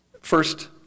first